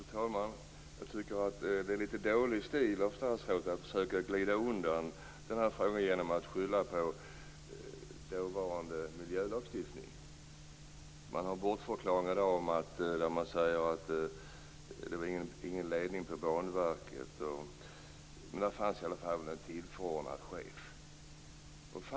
Fru talman! Jag tycker att det är litet dålig stil av statsrådet att försöka glida undan den här frågan genom att skylla på dåvarande miljölagstiftning. Det är bortförklaringar, där det sägs att det inte fanns någon ledning på Banverket. Men där fanns i alla fall en tillförordnad chef.